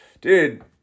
dude